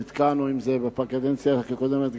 נתקענו עם זה בקדנציה הקודמת,